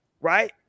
right